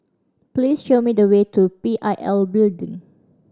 please show me the way to P I L Building